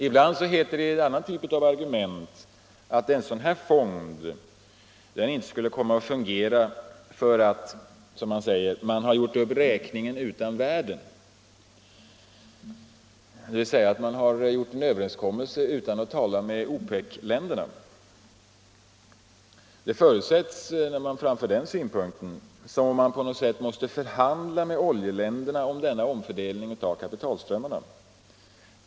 Ibland heter det i en annan typ av argument att en sådan här fond inte skulle fungera därför att ”man gjort upp räkningen utan värden”, dvs. att man gjort en överenskommelse utan att tala med OPEC-länderna. Det förutsätts när man framför den synpunkten att man på något sätt måste förhandla med oljeländerna om denna omfördelning av kapitalströmmarna.